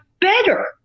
better